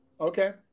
Okay